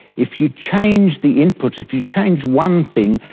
if you change the input, if you change one thing,